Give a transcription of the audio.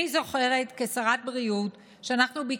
אני זוכרת שכשרת בריאות אנחנו,